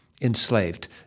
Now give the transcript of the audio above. enslaved